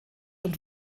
und